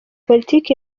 politiki